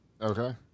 Okay